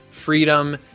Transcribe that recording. freedom